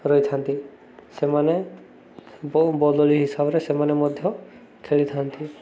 ରହିଥାନ୍ତି ସେମାନେ ବହୁ ବଦଳି ହିସାବରେ ସେମାନେ ମଧ୍ୟ ଖେଳିଥାନ୍ତି